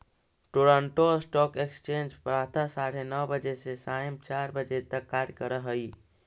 Toronto stock exchange प्रातः साढ़े नौ बजे से सायं चार बजे तक कार्य करऽ हइ